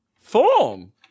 form